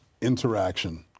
interaction